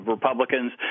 Republicans